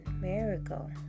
Miracle